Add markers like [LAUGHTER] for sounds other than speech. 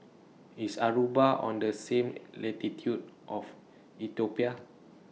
IS Aruba on The same [NOISE] latitude of Ethiopia